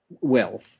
wealth